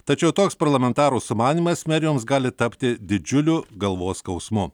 tačiau toks parlamentarų sumanymas merijoms gali tapti didžiuliu galvos skausmu